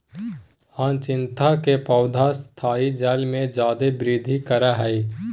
hyacinth के पौधा स्थायी जल में जादे वृद्धि करा हइ